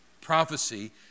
prophecy